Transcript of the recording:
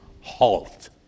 halt